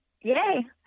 yay